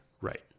Right